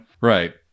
Right